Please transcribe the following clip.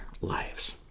lives